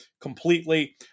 completely